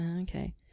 Okay